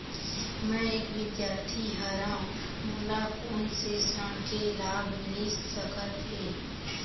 मैं एक विद्यार्थी हरव, मोला कोन से ऋण के लाभ मिलिस सकत हे?